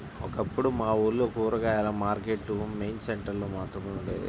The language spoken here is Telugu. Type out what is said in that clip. ఒకప్పుడు మా ఊర్లో కూరగాయల మార్కెట్టు మెయిన్ సెంటర్ లో మాత్రమే ఉండేది